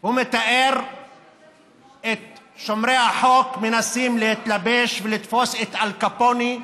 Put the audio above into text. הוא מתאר את שומרי החוק מנסים להתלבש ולתפוס את אל קפונה,